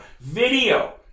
video